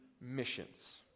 missions